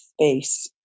space